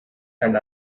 and